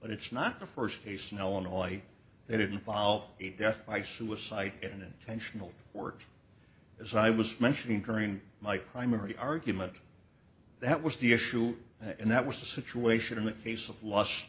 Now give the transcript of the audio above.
it's not the first case in illinois they didn't file a death i suicide in intentional words as i was mentioning during my primary argument that was the issue and that was the situation in the case of loss